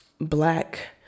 black